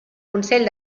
consell